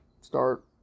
start